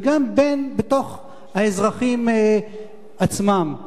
וגם בתוך האזרחים עצמם.